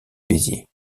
béziers